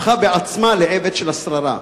הפכה בעצמה לעבד של השררה,